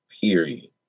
period